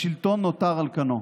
השלטון נותר על כנו.